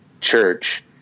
church